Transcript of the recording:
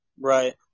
Right